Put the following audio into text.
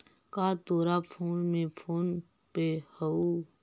का तोर फोन में फोन पे हउ?